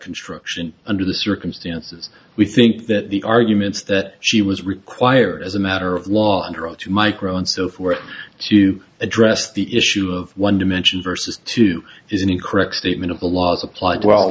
construction under the circumstances we think that the arguments that she was required as a matter of law under oath to micro and so forth to address the issue of one dimension versus two is any correction even of the laws applied well